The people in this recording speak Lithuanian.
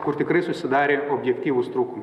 kur tikrai susidarė objektyvūs trūkumai